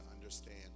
understand